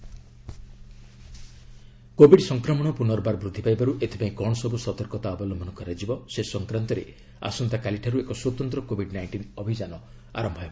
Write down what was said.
special Covid campaign Covid ସଂକ୍ରମଣ ପୁନର୍ବାର ବୃଦ୍ଧି ପାଇବାରୁ ଏଥିପାଇଁ କ'ଣ ସବୁ ସତର୍କତା ଅବଲମ୍ଘନ କରାଯିବ ସେ ସଂକ୍ୱାନ୍ତରେ ଆସନ୍ତାକାଲିଠାରୁ ଏକ ସ୍ପତନ୍ତ୍ର କୋବିଡ୍ ନାଇଣ୍ଟିନ୍ ଅଭିଯାନ ଆରମ୍ଭ ହେବ